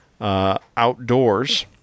Outdoors